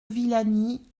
villani